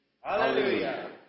Hallelujah